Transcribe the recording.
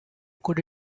could